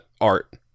art